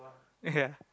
ya